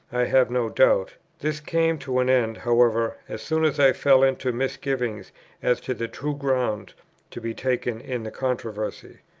i have no doubt this came to an end, however, as soon as i fell into misgivings as to the true ground to be taken in the controversy.